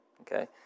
Okay